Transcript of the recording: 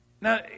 Now